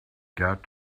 got